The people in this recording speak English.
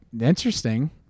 interesting